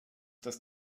dass